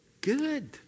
good